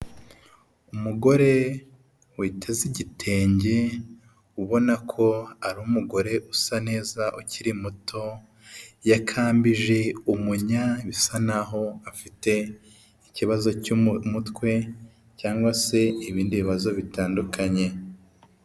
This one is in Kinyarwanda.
Umugore witeze igitenge ubona ko ari umugore usa neza ukiri muto, yakambije umunya bisa naho afite ikibazo cyo mu mutwe cyangwa se ibindi bibazo bitandukanye.